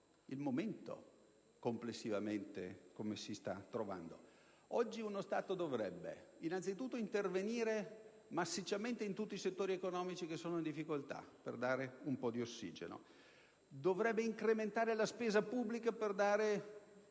com'è complessivamente. Infatti, oggi uno Stato dovrebbe innanzi tutto intervenire massicciamente in tutti i settori economici che sono in difficoltà per dare loro un po' di ossigeno e poi dovrebbe incrementare la spesa pubblica per mettere